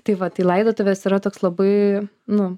tai va tai laidotuvės yra toks labai nu